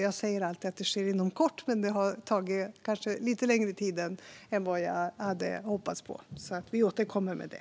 Jag säger alltid att det sker inom kort, men det har tagit lite längre tid än jag hade hoppats på. Vi återkommer med det.